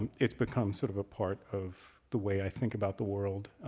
um it's become sort of a part of the way i think about the world,